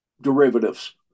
derivatives